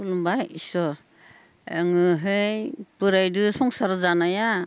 खुलुमबाय इसोर आङोहै बोराइजों संसार जानाया